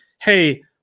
Hey